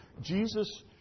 Jesus